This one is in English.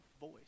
voice